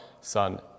son